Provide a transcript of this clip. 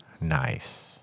Nice